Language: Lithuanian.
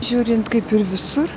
žiūrint kaip ir visur